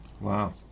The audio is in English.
Wow